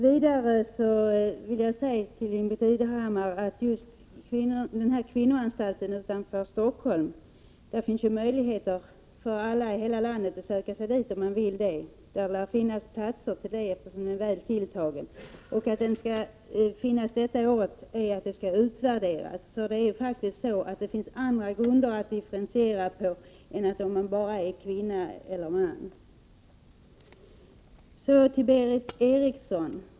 Vidare vill jag säga till Ingbritt Irhammar att till kvinnoanstalten utanför Stockholm finns det möjlighet att söka sig från hela landet för alla som vill dit. Där lär finnas platser, eftersom den är väl tilltagen. Att den bara skall finnas kvar under detta år beror på att verksamheten skall utvärderas. Det finns faktiskt andra grunder att differentiera på än enbart om man är kvinna eller man! Så till Berith Eriksson.